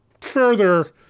further